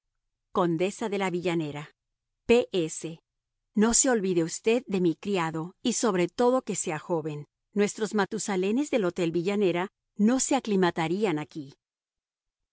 condesa de villanera p s no se olvide usted de mi criado y sobre todo que sea joven nuestros matusalenes del hotel villanera no se aclimatarían aquí